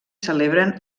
celebren